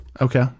okay